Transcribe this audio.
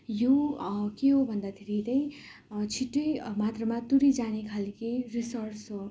यो के हो भन्दाखेरि त्यही छिट्टै मात्रामा तुरिजाने खालके रिसोर्स हो